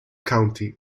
county